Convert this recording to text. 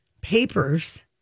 papers